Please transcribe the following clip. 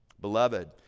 Beloved